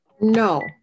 No